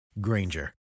Granger